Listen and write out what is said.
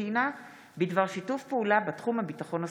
ארגנטינה בדבר שיתוף פעולה בתחום הביטחון הסוציאלי.